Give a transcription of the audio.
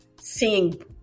seeing